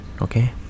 okay